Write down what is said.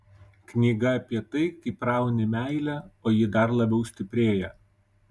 knyga apie tai kaip rauni meilę o ji dar labiau stiprėja